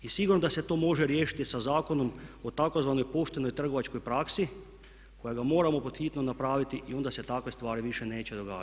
I sigurno da se to može riješiti sa Zakonom o tzv. poštenoj trgovačkoj praksi kojega moramo pod hitno napraviti i onda se takve stvari više neće događati.